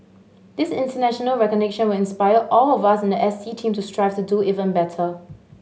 this international recognition will inspire all of us in the S T team to strive to do even better